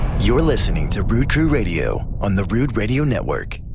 you're listening to rood crew radio on the rood radio network.